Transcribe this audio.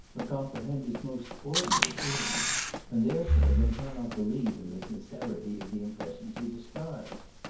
or comprehend his most ordinary feelings and, therefore, they cannot believe in the sincerity of the impressions he describes.